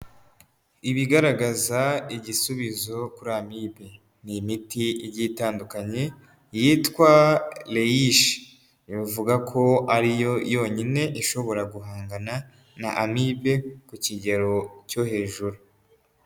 Ibigaragaza igisubizo kuri amibe, ni imiti igiye itandukanye yitwa reyishi, bavuga ko ariyo yonyine ishobora guhangana na amibe ku kigero cyo hejuru.